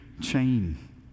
chain